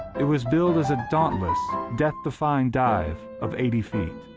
it was billed as a dauntless, death defying dive of eighty feet.